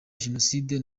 jenoside